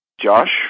Josh